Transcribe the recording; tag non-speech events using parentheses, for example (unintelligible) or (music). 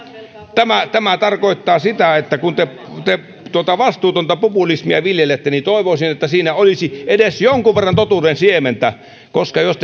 tämä tämä tarkoittaa sitä että kun te te tuota vastuutonta populismia viljelette niin toivoisin että siinä olisi edes jonkun verran totuuden siementä ja jos (unintelligible)